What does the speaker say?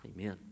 amen